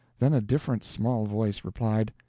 then a diffident small voice replied,